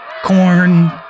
corn